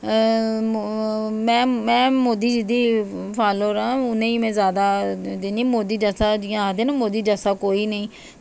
में मोदी जी दी फॉलोअर आं में उनेंगी में जादा दिन्नी मोदी जैसा जियां आक्खदे नी मोदी जैसा कोई निं